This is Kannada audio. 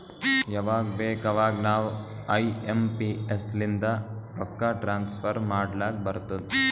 ಯವಾಗ್ ಬೇಕ್ ಅವಾಗ ನಾವ್ ಐ ಎಂ ಪಿ ಎಸ್ ಲಿಂದ ರೊಕ್ಕಾ ಟ್ರಾನ್ಸಫರ್ ಮಾಡ್ಲಾಕ್ ಬರ್ತುದ್